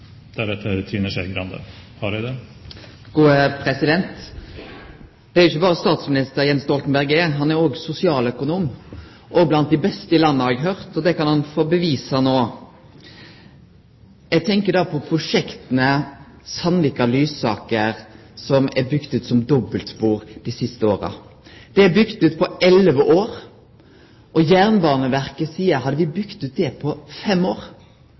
Det er ikkje berre statsminister Jens Stoltenberg er, han er også sosialøkonom – og blant dei beste i landet, har eg høyrt. Og det kan han få bevise no. Eg tenkjer då på prosjektet Sandvika–Lysaker, som er bygd ut som dobbeltspor dei siste åra. Det er bygd ut på elleve år, og Jernbaneverket seier at hadde me bygd det ut på fem år,